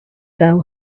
sell